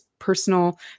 personal